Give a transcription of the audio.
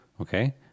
Okay